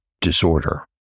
Disorder